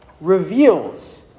reveals